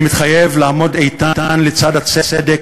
אני מתחייב לעמוד איתן לצד הצדק,